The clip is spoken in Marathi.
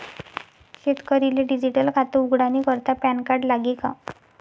शेतकरीले डिजीटल खातं उघाडानी करता पॅनकार्ड लागी का?